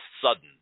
sudden